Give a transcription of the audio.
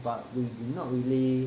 but we do not really